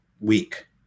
week